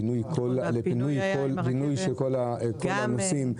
עם פינוי של כל הנוסעים.